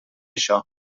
això